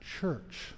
church